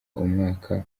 umwaka